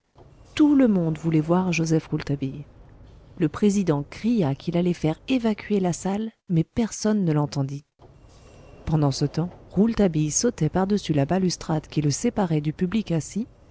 tout le monde voulait voir joseph rouletabille le président cria qu'il allait faire évacuer la salle mais personne ne l'entendit pendant ce temps rouletabille sautait par-dessus la balustrade qui le séparait du public assis